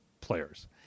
players